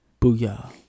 booyah